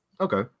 Okay